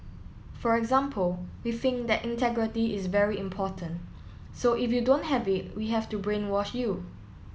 for example we think that integrity is very important so if you don't have it we have to brainwash you